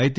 అయితే